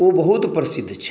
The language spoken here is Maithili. ओ बहुत प्रसिद्ध छै